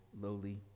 lowly